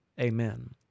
Amen